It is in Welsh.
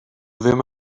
ddim